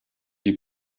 die